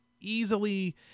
easily